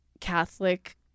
Catholic